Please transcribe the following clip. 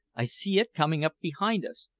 i see it coming up behind us.